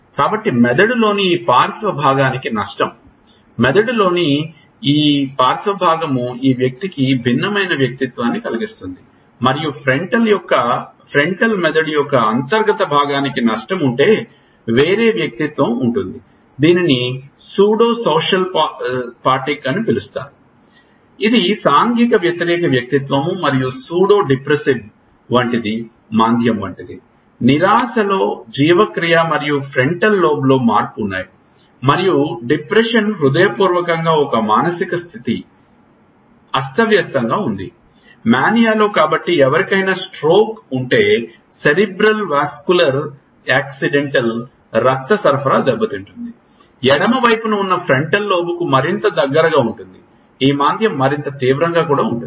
కాబట్టి మెదడులోని ఈ పార్శ్వ భాగానికి నష్టం మెదడులోని ఈ పార్శ్వ భాగం ఈ వ్యక్తికి భిన్నమైన వ్యక్తిత్వాన్ని కలిగిస్తుంది మరియు ఫ్రంటల్ మెదడు యొక్క అంతర్గత భాగానికి నష్టం ఉంటే వేరే వ్యక్తిత్వం ఉంటుంది దీనిని సూడో సోషల్ పాటిక్ అని పిలుస్తారు ఇది సాంఘిక వ్యతిరేక వ్యక్తిత్వం మరియు సూడో డిప్రెసివ్ వంటిది మాంద్యం వంటిది నిరాశలో జీవక్రియ మరియు ఫ్రంటల్ లోబ్లో మార్పులు ఉన్నాయి మరియు డిప్రెషన్ హృదయపూర్వకంగా ఒక మానసిక స్థితి అస్తవ్యస్తంగా ఉంది మానియాలో కాబట్టి ఎవరికైనా స్ట్రోక్ ఉంటే సెరిబ్రల్ వాస్కులర్ యాక్సిడెంటల్ రక్త సరఫరా దెబ్బతింటుంది ఎడమ వైపున ఉన్న ఫ్రంటల్ లోబ్కు మరింత దగ్గరగా ఉంటుంది ఈ మాంద్యం మరింత తీవ్రంగా ఉంటుంది